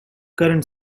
current